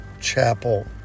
Chapel